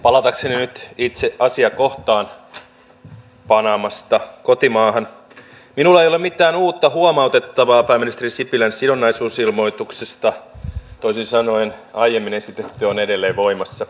palatakseni nyt itse asiakohtaan panamasta kotimaahan minulla ei ole mitään uutta huomautettavaa pääministeri sipilän sidonnaisuusilmoituksista toisin sanoen aiemmin esitetty on edelleen voimassa